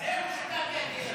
זהו --- בדיוק.